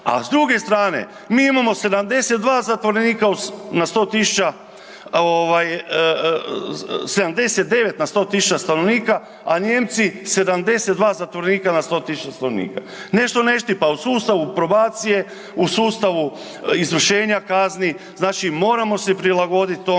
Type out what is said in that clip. A s druge strane, mi imamo 72 zatvorenika na 100 tisuća, 79 na 100 tisuća stanovnika, a Nijemci 72 zatvorenika na 100 tisuća stanovnika. Nešto ne štima u sustavu probacije, u sustavu izvršenja kazni, znači moramo se prilagoditi tome